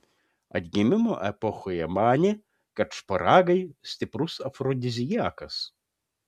atgimimo epochoje manė kad šparagai stiprus afrodiziakas